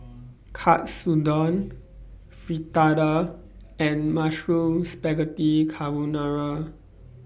Katsudon Fritada and Mushroom Spaghetti Carbonara